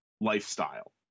lifestyle